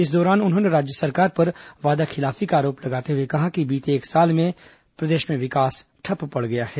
इस दौरान उन्होंने राज्य सरकार पर वादाखिलाफी का आरोप लगाते हुए कहा कि बीते एक साल में प्रदेश में विकास ठप्प पड़ गया है